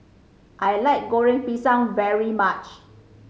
I like Goreng Pisang very much